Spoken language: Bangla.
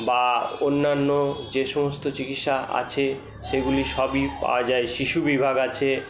বা অন্যান্য যে সমস্ত চিকিৎসা আছে সেগুলি সবই পাওয়া যায় শিশু বিভাগ আছে